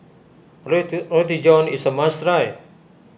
Roti Roti John is a must try